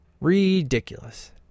ridiculous